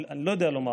אני לא יודע לומר.